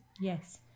Yes